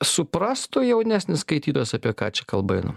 suprastų jaunesnis skaitytojas apie ką čia kalba eina